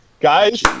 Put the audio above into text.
Guys